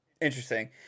Interesting